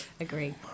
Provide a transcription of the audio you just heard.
Agree